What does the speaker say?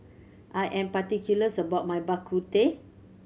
I am particulars about my Bak Kut Teh